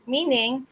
Meaning